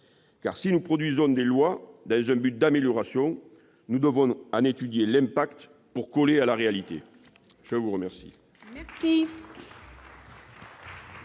Si nous produisons des lois dans un but d'amélioration, nous nous devons d'en étudier l'impact pour coller à la réalité. La parole